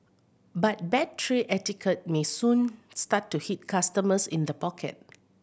but bad tray etiquette may soon start to hit customers in the pocket